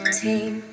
team